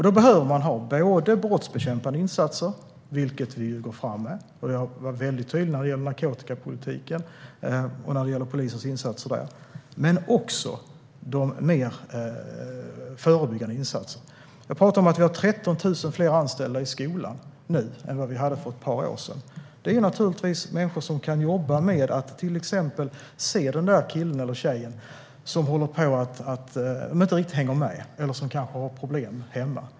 Då behöver man ha brottsbekämpande insatser, vilket vi går fram med - jag var väldigt tydlig i fråga om narkotikapolitiken och polisens insatser där - men också mer förebyggande insatser. Jag talade om att vi har 13 000 fler anställda i skolan nu än vi hade för ett par år sedan. Det är människor som kan jobba med att till exempel se den där killen eller tjejen som inte riktigt hänger med eller som kanske har problem hemma.